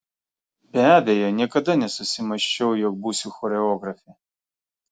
be abejo niekada nesusimąsčiau jog būsiu choreografė